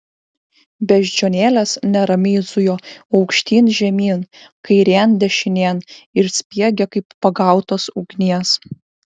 beždžionėlės neramiai zujo aukštyn žemyn kairėn dešinėn ir spiegė kaip pagautos ugnies